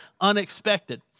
unexpected